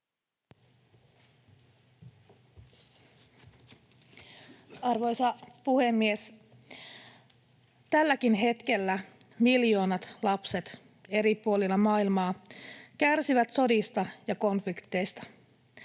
Arvoisa puhemies! Tälläkin hetkellä miljoonat lapset eri puolilla maailmaa kärsivät sodista ja konflikteista.